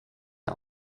der